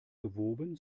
gewoben